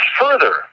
further